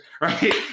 right